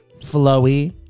flowy